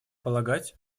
полагать